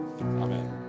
amen